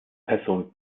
person